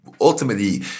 ultimately